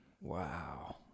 wow